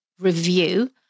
review